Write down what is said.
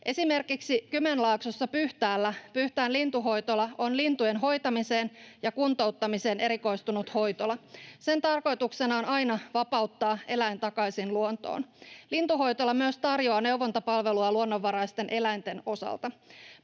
Esimerkiksi Kymenlaaksossa Pyhtäällä Pyhtään lintuhoitola on lintujen hoitamiseen ja kuntouttamiseen erikoistunut hoitola. Sen tarkoituksena on aina vapauttaa eläin takaisin luontoon. Lintuhoitola myös tarjoaa neuvontapalvelua luonnonvaraisten eläinten osalta.